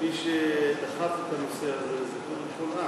מי שדחף את הנושא הזה זה קודם כול את.